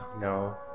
No